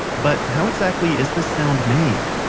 but how exactly is this sound made?